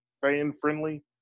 fan-friendly